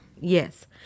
Yes